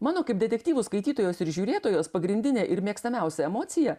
mano kaip detektyvų skaitytojos ir žiūrėtojos pagrindinė ir mėgstamiausia emocija